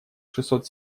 шестьсот